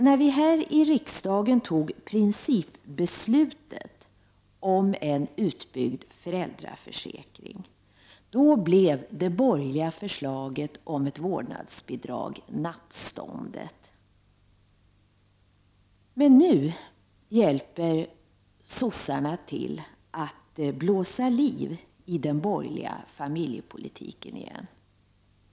När vi här i riksdagen fattade principbeslutet om en utbyggd föräldraförsäkring blev det borgerliga förslaget om ett vårdnadsbidrag nattståndet. Nu hjälper sossarna till att blåsa liv i den borgerliga familjepolitiken igen.